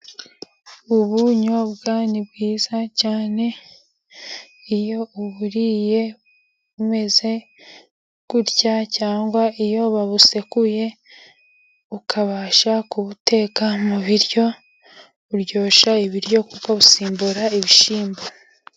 Ubunyobwa ni bwiza cyane, iyo uburiye bumeze gutya cyangwa iyo babusekuye, ukabasha kubuteka mu biryo, uryoshya ibiryo kuko busimbura ibishyimbo.